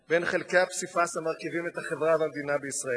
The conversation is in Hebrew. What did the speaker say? בין חלקי הפסיפס המרכיבים את החברה והמדינה בישראל.